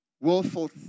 willful